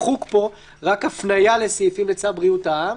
מחוק פה רק הפניה לסעיפים לצו בריאות העם,